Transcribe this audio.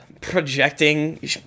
projecting